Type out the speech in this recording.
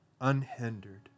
unhindered